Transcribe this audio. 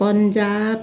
Punjab